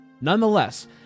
Nonetheless